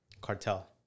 Cartel